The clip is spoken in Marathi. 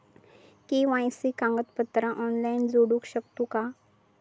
के.वाय.सी कागदपत्रा ऑनलाइन जोडू शकतू का?